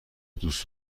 دوست